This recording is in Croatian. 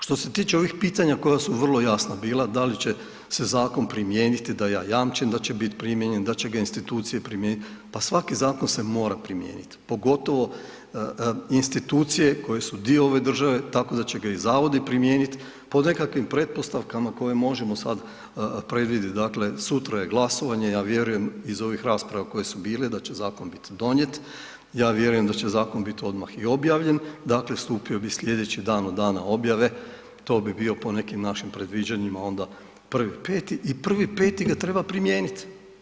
Što se tiče ovih pitanja koja su vrlo jasna bila, da li će se zakon primijeniti da ja jamčim da će bit primijenjen, da će ga institucije primijeniti, pa svaki zakon se mora primijenit, pogotovo institucije koje su dio ove države, tako da će ga i zavodi primijenit, po nekakvim pretpostavkama koje možemo sad predvidjet, dakle sutra je glasovanje, ja vjerujem iz ovih rasprava koje su bile, da će zakon bit donijet, ja vjerujem da će zakon bit odmah i objavljen, dakle stupio bi slijedeći dan od dana objave, to bi bio po nekim našim predviđanjima onda 1.5. i 1.5. ga treba primijenit.